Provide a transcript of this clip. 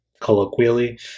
colloquially